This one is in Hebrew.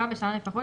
פעם בשנה לפחות,